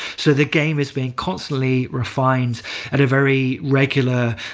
so the game is being constantly refined at a very regular,